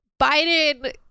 Biden